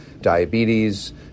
diabetes